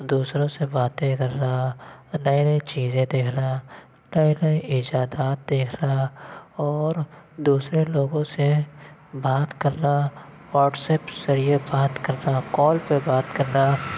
دوسروں سے باتیں کرنا نئی نئی چیزیں دیکھنا نئے نئے ایجادات دیکھنا اور دوسرے لوگوں سے بات کرنا واٹس ایپ سے یہ بات کرنا کال پہ بات کرنا